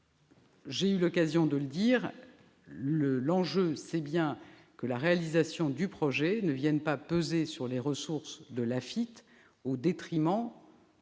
J'ai eu l'occasion de le dire, l'enjeu est bien que la réalisation du projet ne vienne pas peser sur les ressources de l'AFITF, au détriment des